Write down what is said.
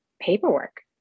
paperwork